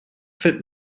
fit